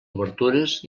obertures